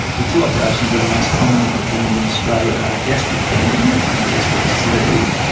the two operations that are most commonly performed in australia are a gastric band and a gastric sleeve.